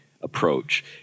approach